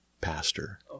pastor